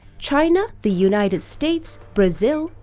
china, the united states, brazil,